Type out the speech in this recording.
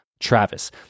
Travis